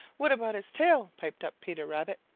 what about his tail? piped up peter rabbit.